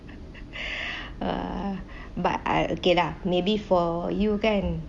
err but I okay lah maybe for you kan